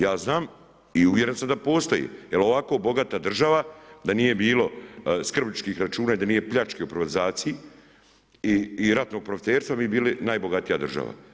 Ja znam i uvjeren sam da postoje jer ovako bogata država, da nije bilo skrbničkih računa i da nije pljačke u privatizaciji i ratnog profiterstva, mi bi bili najbogatija država.